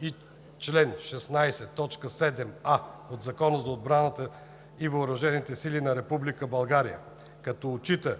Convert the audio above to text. и чл. 16, т. 7а от Закона за отбраната и въоръжените сили на Република България Като отчита